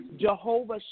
Jehovah